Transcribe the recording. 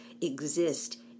exist